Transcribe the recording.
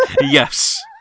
Yes